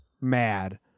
mad